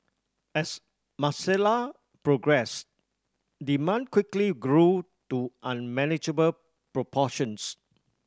as Marcella progressed demand quickly grew to unmanageable proportions